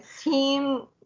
Team